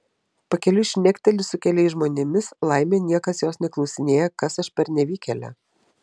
pakeliui šnekteli su keliais žmonėmis laimė niekas jos neklausinėja kas aš per nevykėlė